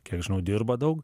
kiek žinau dirba daug